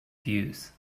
views